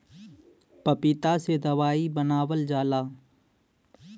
पपीता से दवाई बनावल जाला